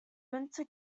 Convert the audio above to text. winter